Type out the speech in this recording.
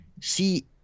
see